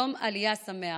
יום עלייה שמח.